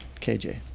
KJ